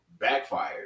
backfired